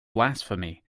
blasphemy